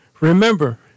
remember